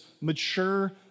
mature